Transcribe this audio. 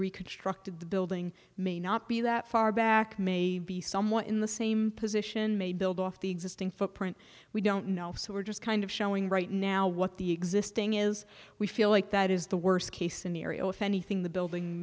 reconstructed the building may not be that far back maybe someone in the same position may build off the existing footprint we don't know so we're just kind of showing right now what the existing is we feel like that is the worst case scenario if anything the building